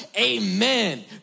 Amen